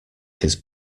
his